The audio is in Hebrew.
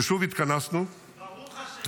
ושוב התכנסנו -- ברוך השם, לא בעזרת השם.